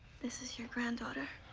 this is your granddaughter.